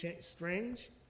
strange